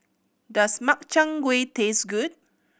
does Makchang Gui taste good